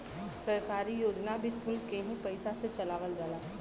सरकारी योजना भी सुल्क के ही पइसा से चलावल जाला